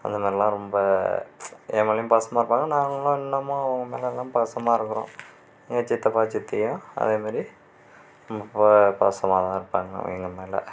அதனால் ரொம்ப என் மேலேயும் பாசமாக இருப்பாங்க நாங்களும் இன்னமும் அவங்கள் மேலேதான் பாசமாக இருக்கிறோம் எங்கள் சித்தப்பா சித்தியும் அதேமாதிரி ரொம்ப பாசமாகதான் இருப்பாங்க எங்கள் மேலே